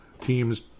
teams